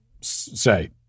say